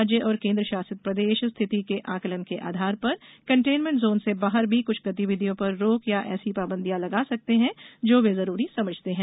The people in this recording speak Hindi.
राज्य और केन्द्र शासित प्रदेश स्थिति के आकलन के आधार पर कंटेनमेंट जोन्स से बाहर भी कुछ गतिविधियों पर रोक या ऐसी पाबंदियां लगा सकते हैं जो वे जरूरी समझते हैं